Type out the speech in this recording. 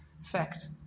fact